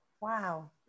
Wow